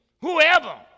whoever